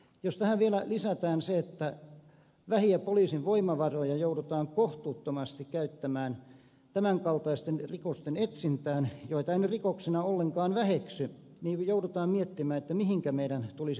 jos tähän vielä lisätään se että vähiä poliisin voimavaroja joudutaan kohtuuttomasti käyttämään tämän kaltaisten rikosten selvittämiseen joita en rikoksina olleenkaan väheksy niin joudutaan miettimään että mihinkä meidän tulisi kohdistaa voimavaroja